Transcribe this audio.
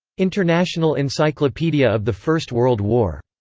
international encyclopedia of the first world war.